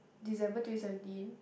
December twenty seventeen